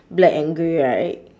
black and grey right